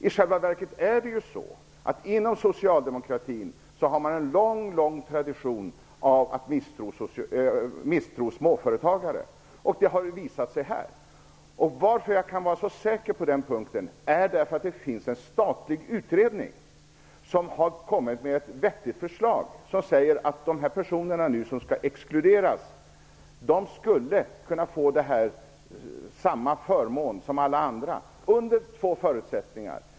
I själva verket har man inom socialdemokratin en mycket lång tradition av misstro mot småföretagare, och det är den som har kommit till uttryck här. Anledningen till att jag kan vara så säker på den punkten är att en statlig utredning har kommit med ett vettigt förslag, nämligen att de personer som det gäller kunde få samma förmån som alla andra, dock under två förutsättningar.